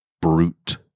Brute